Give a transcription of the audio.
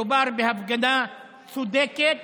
מדובר בהפגנה צודקת,